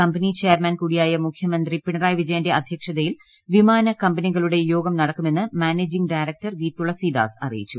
company chairman കൂടിയായ് മുഖ്യമന്ത്രിയുടെ അധ്യക്ഷതയിൽ വിമാനകമ്പനികളുടെ യോഗം നടക്കുമെന്ന് മാനേജിങ്ങ് ഡയറക്ടർ വി തുളസീദാസ് അറിയിച്ചു